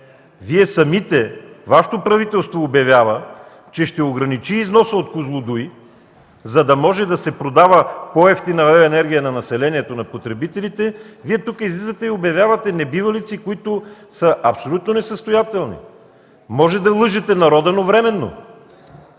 Вие самите, Вашето правителство, обявява, че ще ограничи износа от „Козлодуй”, за да може да се продава по-евтина електроенергия на населението, на потребителите, а Вие тук излизате и обявявате небивалици, които са абсолютно несъстоятелни. Може да лъжете народа, но временно.